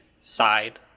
side